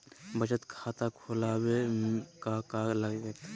बचत खाता खुला बे में का का लागत?